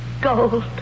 Gold